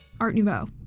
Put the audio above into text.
art nouveau.